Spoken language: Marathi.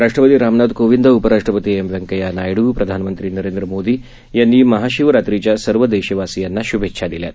राष्टपती रामनाथ कोविंद उपराष्ट्रपती एम व्यंकय्या नायड्र प्रधानमंत्री नरेंद्र मोदी यांनी महाशिवरात्रच्या सर्व देशवासियांना शुभेच्छा दिल्या आहेत